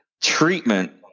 treatment